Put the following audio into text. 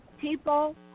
people